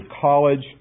college